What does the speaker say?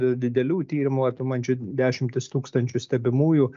didelių tyrimų apimančių dešimtis tūkstančių stebimųjų